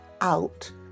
out